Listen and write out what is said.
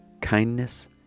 kindness